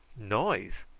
noise!